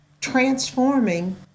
transforming